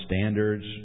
standards